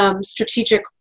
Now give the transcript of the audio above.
strategic